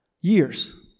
Years